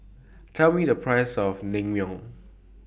Tell Me The Price of Naengmyeon